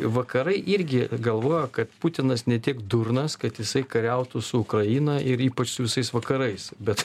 vakarai irgi galvoja kad putinas ne tiek durnas kad jisai kariautų su ukraina ir ypač su visais vakarais bet